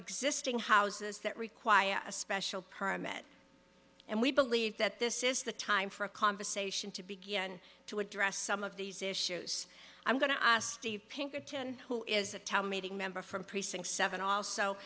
existing houses that require a special permit and we believe that this is the time for a conversation to begin to address some of these issues i'm going to ask the pinkerton who is a town meeting member from precinct seven also